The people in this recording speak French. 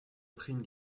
prime